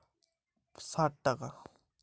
প্রতি কুইন্টল অড়হর ডাল আনলোডে শ্রমিক মজুরি কত?